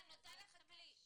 זה נותן לך כלי.